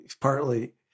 partly